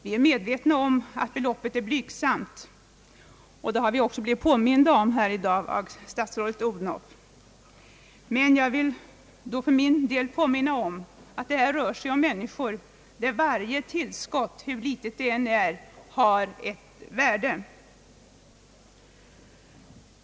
Vi är medvetna om att beloppet är blygsamt — och det har statsrådet Odhnoff också påpekat i dag — men jag vill påminna om att det här rör sig om människor för vilka varje tillskott, hur litet det än är, har stort värde.